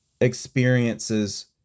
experiences